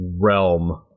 realm